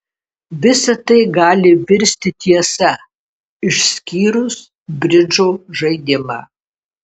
visa tai gali virsti tiesa išskyrus bridžo žaidimą